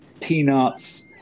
peanuts